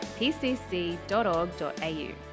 pcc.org.au